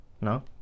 No